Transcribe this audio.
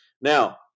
Now